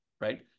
right